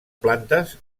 plantes